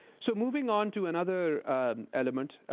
so moving on to another element.